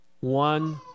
One